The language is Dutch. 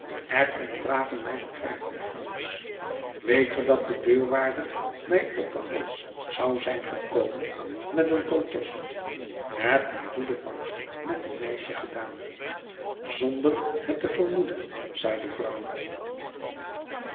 er ontbraken mij vijftig francs weet ge dat de deurwaarder mij op den hals zou zijn gekomen met een protest ge hebt een goede vangst met uw meisjes gedaan zonder het te vermoeden zei de vrouw